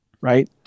right